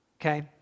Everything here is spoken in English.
Okay